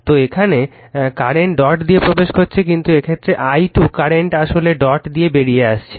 তো এখানে current dot দিয়ে প্রবেশ করছে কিন্তু এক্ষেত্রে i2 কারেন্ট আসলে ডট দিয়ে বেরিয়ে আসছে